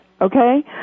okay